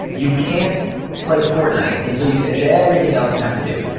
you can't play fortnite until you finish everything else you have to do.